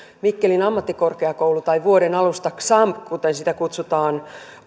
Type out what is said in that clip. mikkelin ammattikorkeakoulu tai vuoden alusta xamk kuten sitä kutsutaan